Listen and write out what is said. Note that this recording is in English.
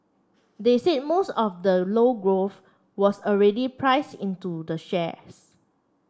they said most of the lower growth was already priced into the shares